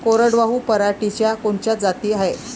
कोरडवाहू पराटीच्या कोनच्या जाती हाये?